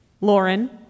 Lauren